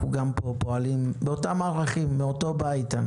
אנחנו גם פה פועלים באותם ערכים, מאותו בית.